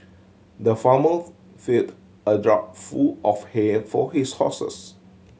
the farmer filled a trough full of hay for his horses